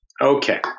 Okay